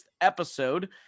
episode